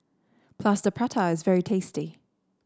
Plaster Prata is very tasty